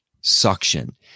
suction